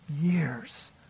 years